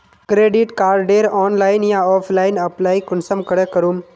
Credit कार्डेर online या offline apply कुंसम करे करूम?